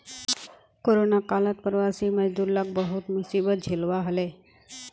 corona कालत प्रवासी मजदूर लाक बहुत मुसीबत झेलवा हले